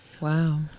Wow